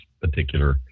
particular